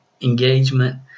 engagement